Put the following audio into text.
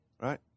right